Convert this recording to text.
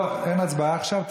לא, אין הצבעה עכשיו.